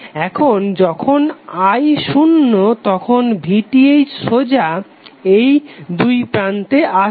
এখন যখন i শুন্য তখন VTh সোজা এই দুইপ্রান্তে আসবে